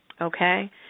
okay